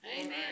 Amen